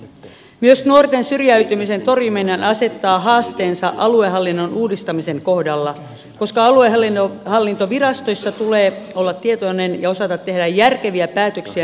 myös nuorten syrjäytymisen torjuminen asettaa haasteensa aluehallinnon uudistamisen kohdalla koska aluehallintovirastoissa tulee olla tietoinen ja osata tehdä järkeviä päätöksiä nuorten asioista